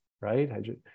right